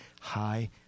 high